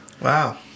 Wow